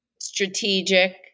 strategic